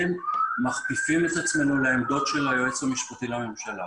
מכפיפים את עצמנו לעמדות של היועץ המשפטי לממשלה.